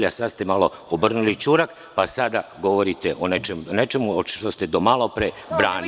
Sad ste malo obrnuli ćurak, pa sada govorite o nečemu što ste do malo pre branili.